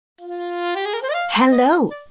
Hello